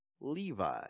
Levi